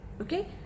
okay